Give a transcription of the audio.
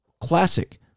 classic